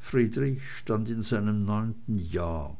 friedrich stand in seinem neunten jahre